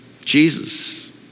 Jesus